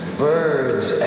birds